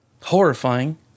Horrifying